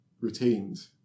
retained